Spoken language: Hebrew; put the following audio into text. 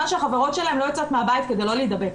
שהחברות שלהן לא יוצאות מהבית כדי לא להידבק.